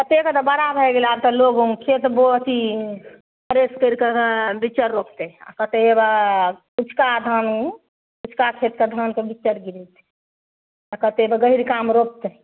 कतेक तऽ बड़ा भए गेल आब तऽ लोक खेत अथी फ्रेश करिके बिच्चा आओर रोपतै आओर कतेक हेबे उँचका धान उँचका खेतके धानके बिच्चा आओर गिरेतै आओर कतेक गहिँरकामे रोपतै